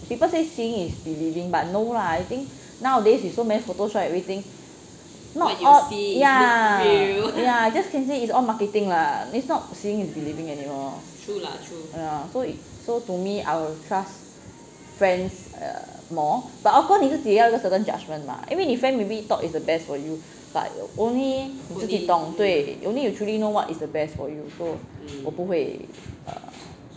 people say seeing is believing but no lah I think nowadays with so many photos right everything not all ya ya just can say is all marketing lah it's not seeing is believing anymore so it so to me I'll trust friends err more but of course 你自己要一个 certain judgment lah 因为你 friend maybe thought is the best for you but only 你自己懂对 only you truly know what is the best for you so 我不会 err